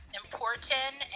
important